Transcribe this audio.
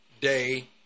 day